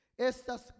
Estas